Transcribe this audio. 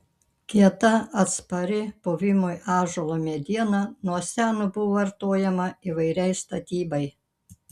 kieta atspari puvimui ąžuolo mediena nuo seno buvo vartojama įvairiai statybai